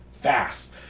Fast